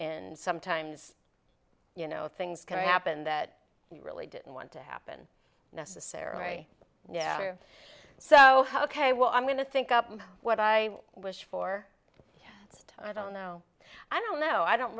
n sometimes you know things can happen that you really didn't want to happen necessary yeah so ok well i'm going to think up what i wish for i don't know i don't know i don't